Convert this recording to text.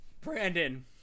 Brandon